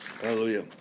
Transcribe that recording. Hallelujah